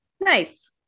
Nice